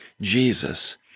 Jesus